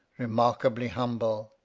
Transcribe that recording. remarkably humble,